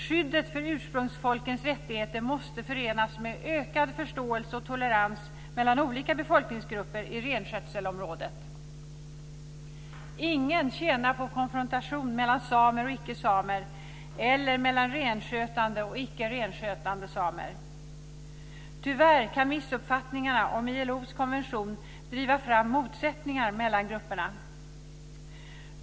Skyddet för ursprungsfolkens rättigheter måste förenas med ökad förståelse och tolerans mellan olika befolkningsgrupper i renskötselområdet. Ingen tjänar på konfrontation mellan samer och icke samer eller mellan renskötande och icke renskötande samer. Tyvärr kan missuppfattningarna om ILO:s konvention driva fram motsättningar mellan grupperna.